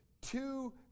two